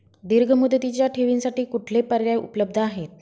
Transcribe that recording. दीर्घ मुदतीच्या ठेवींसाठी कुठले पर्याय उपलब्ध आहेत?